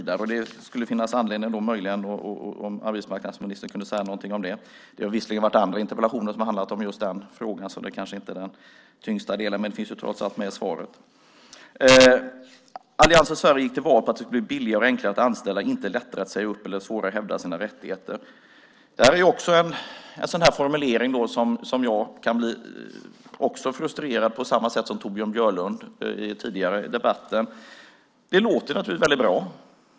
Det kan möjligen finnas anledning för arbetsmarknadsministern att säga något om detta. Det har visserligen varit andra interpellationer som har handlat om just den frågan, så det är kanske inte den tyngsta delen, men det finns trots allt med i svaret. "Allians för Sverige gick till val på att det skulle bli billigare och enklare att anställa - inte lättare att säga upp eller svårare att hävda sina rättigheter." Detta är också en formulering som jag kan bli frustrerad över på samma sätt som Torbjörn Björlund blev det tidigare i debatten. Det låter naturligtvis väldigt bra.